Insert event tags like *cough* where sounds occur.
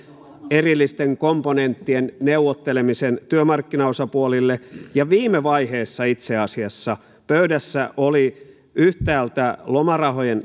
erillisten komponenttien neuvottelemisen työmarkkinaosapuolille ja viime vaiheessa itse asiassa pöydässä oli yhtäältä lomarahojen *unintelligible*